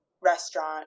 restaurant